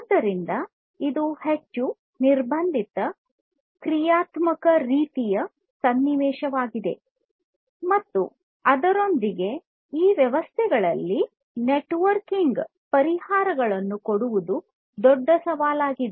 ಆದ್ದರಿಂದ ಇದು ಹೆಚ್ಚು ನಿರ್ಬಂಧಿತ ಕ್ರಿಯಾತ್ಮಕ ರೀತಿಯ ಸನ್ನಿವೇಶವಾಗಿದೆ ಮತ್ತು ಅದರೊಂದಿಗೆ ಈ ವ್ಯವಸ್ಥೆಗಳಲ್ಲಿ ನೆಟ್ವರ್ಕಿಂಗ್ ಪರಿಹಾರಗಳನ್ನು ಕೊಡುವುದು ದೊಡ್ಡ ಸವಾಲಾಗಿದೆ